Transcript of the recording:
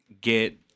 get